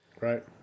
Right